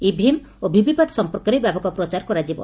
EVM ଓ VVPAT ସଂପର୍କରେ ବ୍ୟାପକ ପ୍ରଚାର କରାଯିବ